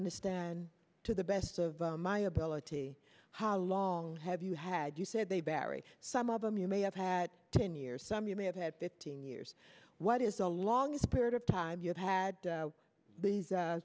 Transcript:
understand to the best of my ability how long have you had you said they bury some of them you may have had ten years some you may have had fifteen years what is the longest period of time you have had